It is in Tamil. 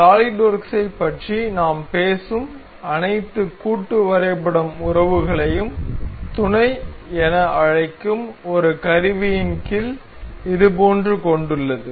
சாலிட்வொர்க்ஸைப் பற்றி நாம் பேசும் அனைத்து கூட்டு வரைபடம் உறவுகளையும் துணை என அழைக்கும் ஒரு கருவியின் கீழ் இதுபோன்று கொண்டுள்ளது